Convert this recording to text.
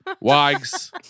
Wags